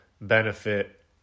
benefit